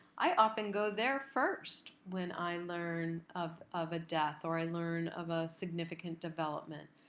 i often go there first when i learn of of a death or i learn of a significant development.